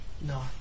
No